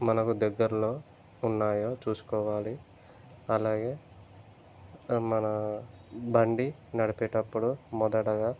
మనకు దగ్గరలో ఉన్నాయో చూసుకోవాలి అలాగే మన బండి నడిపేటప్పుడు మొదటగా